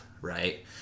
right